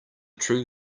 true